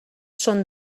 són